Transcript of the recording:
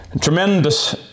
tremendous